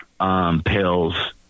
Pills